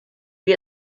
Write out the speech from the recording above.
wir